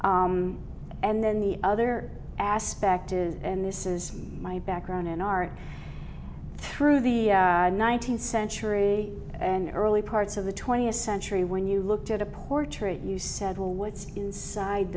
and then the other aspect is and this is my background in art through the nineteenth century and early parts of the twentieth century when you looked at a portrait you said well what's inside